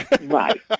Right